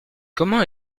comment